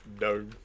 No